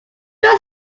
your